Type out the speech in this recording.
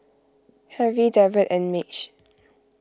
Harry Derald and Madge